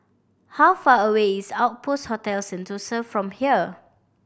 how far away is Outpost Hotel Sentosa from here